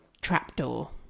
trapdoor